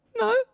No